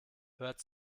hört